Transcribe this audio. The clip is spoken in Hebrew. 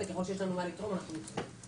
וככל שיש לנו מה לתרום אנחנו נעשה את זה.